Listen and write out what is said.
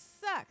sucks